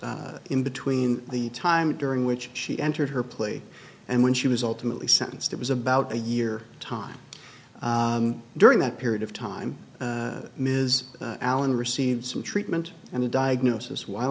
in between the time during which she entered her plea and when she was ultimately sentenced it was about a year time during that period of time ms allen received some treatment and a diagnosis while